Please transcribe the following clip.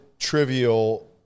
trivial